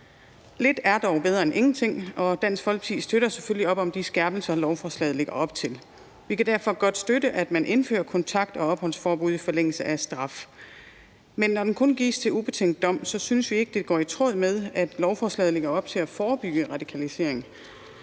Lidt er dog bedre end ingenting, og Dansk Folkeparti støtter selvfølgelig op om de skærpelser, lovforslaget lægger op til. Vi kan derfor godt støtte, at man indfører kontakt- og opholdsforbud i forlængelse af straf. Men når det kun gives ved ubetinget dom, synes vi ikke, det er i tråd med, at lovforslaget lægger op til at forebygge radikalisering.